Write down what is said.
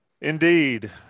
indeed